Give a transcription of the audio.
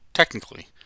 Technically